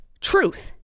truth